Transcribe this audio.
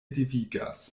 devigas